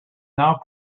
now